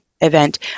event